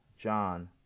John